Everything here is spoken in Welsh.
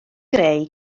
greu